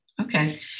Okay